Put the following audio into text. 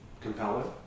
compelling